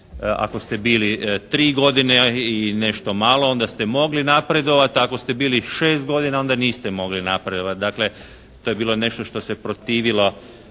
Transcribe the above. ako ste bili 3 godine i nešto malo onda ste mogli napredovati. Ako ste bili 6 godina onda niste mogli napredovati. Dakle to je bilo nešto što se protivilo